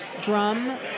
drum